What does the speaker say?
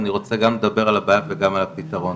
אני רוצה גם לדבר על הבעיה וגם על הפתרון.